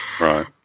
Right